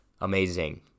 Amazing